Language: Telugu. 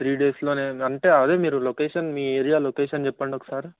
త్రీ డేస్లోనే అంటే అదే మీరు లొకేషన్ మీ ఏరియా లొకేషన్ చెప్పండి ఒకసారి